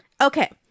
Okay